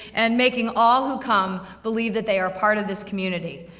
and making all who come, believe that they are part of this community.